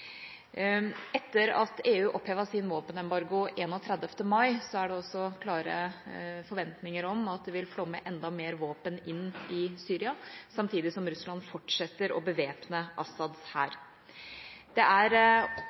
Etter at EU opphevet sin våpenembargo 31. mai, er det også klare forventninger om at det vil flomme enda mer våpen inn i Syria, samtidig som Russland fortsetter å bevæpne Assads hær. Det er